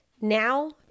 now